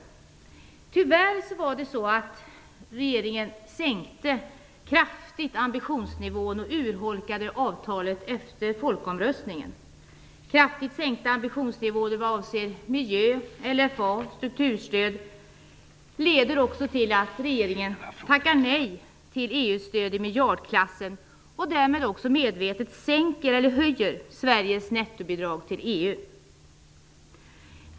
Tyvärr sänkte regeringen ambitionsnivån kraftigt och urholkade avtalet efter folkomröstningen. Det var en kraftigt sänkt ambitionsnivå vad avser miljö, LFA och strukturstöd som också leder till att regeringen tackar nej till EU-stöd i miljardklassen och därmed medvetet höjer Sveriges nettobidrag till EU.